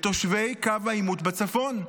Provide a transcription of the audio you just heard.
לתושבי קו העימות בצפון?